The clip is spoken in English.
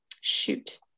Shoot